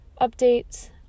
updates